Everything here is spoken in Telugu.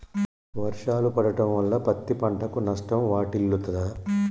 వర్షాలు పడటం వల్ల పత్తి పంటకు నష్టం వాటిల్లుతదా?